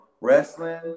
wrestling